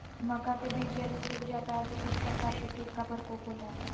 मक्का के बिज यदि सुख जाता है तो किस प्रकार के कीट का प्रकोप होता है?